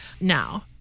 now